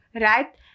right